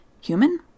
human